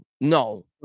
no